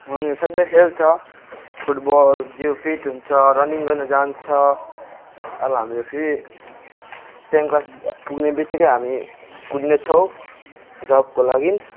हामीहरू सधैँ खेल्छ फुट बल जिउ फिट हुन्छ रनिङ गर्नु जान्छ अब हाम्रो फेरि टेन क्लास पुग्ने बित्तिकै हामी कुद्नेछौँ जब्को लागि